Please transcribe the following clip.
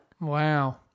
Wow